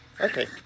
Okay